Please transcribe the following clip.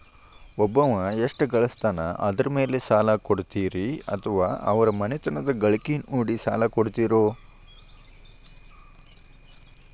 ಒಬ್ಬವ ಎಷ್ಟ ಗಳಿಸ್ತಾನ ಅದರ ಮೇಲೆ ಸಾಲ ಕೊಡ್ತೇರಿ ಅಥವಾ ಅವರ ಮನಿತನದ ಗಳಿಕಿ ನೋಡಿ ಸಾಲ ಕೊಡ್ತಿರೋ?